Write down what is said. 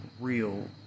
real